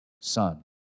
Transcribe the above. Son